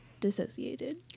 dissociated